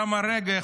גם כרגע,